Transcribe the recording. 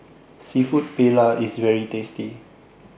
Seafood Paella IS very tasty